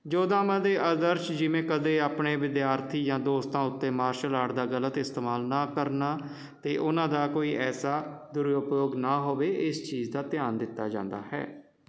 ਜੋਧਾਵਾਂ ਦੇ ਆਦਰਸ਼ ਜਿਵੇਂ ਕਦੇ ਆਪਣੇ ਵਿਦਿਆਰਥੀ ਜਾਂ ਦੋਸਤਾਂ ਉੱਤੇ ਮਾਰਸ਼ਲ ਆਰਟ ਦਾ ਗਲਤ ਇਸਤੇਮਾਲ ਨਾ ਕਰਨਾ ਅਤੇ ਉਹਨਾਂ ਦਾ ਕੋਈ ਐਸਾ ਦੁਰਉਪਯੋਗ ਨਾ ਹੋਵੇ ਇਸ ਚੀਜ਼ ਦਾ ਧਿਆਨ ਦਿੱਤਾ ਜਾਂਦਾ ਹੈ